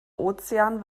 ozean